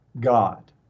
God